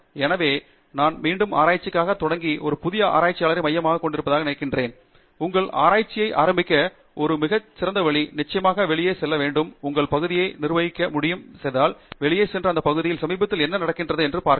எனவே நான் மீண்டும் ஆராய்ச்சிக்காக தொடங்கி ஒரு புதிய ஆய்வாளரை மையமாகக் கொண்டிருப்பதாக நினைக்கிறேன் உங்கள் ஆராய்ச்சியை ஆரம்பிக்க ஒரு மிகச் சிறந்த வழி நிச்சயமாக வெளியே செல்ல வேண்டும் நீங்கள் பகுதி மற்றும் பகுதியை நிர்வகிக்க முடிவு செய்தால் வெளியே செல்லுங்கள் மற்றும் அந்த பகுதியில் சமீபத்திய நடக்கிறது என்ன பார்க்க